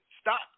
stop